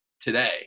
today